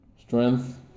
Strength